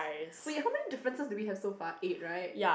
wait how many differences do we have so far eight right